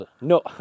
No